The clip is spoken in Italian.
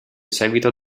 seguito